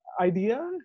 idea